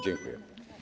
Dziękuję.